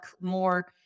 more